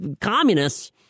communists